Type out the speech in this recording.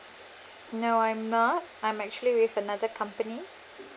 no I'm not I'm actually with another company